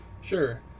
Sure